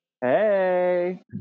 Hey